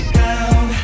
down